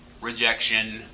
rejection